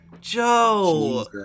Joe